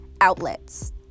outlets